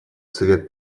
совет